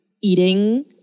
eating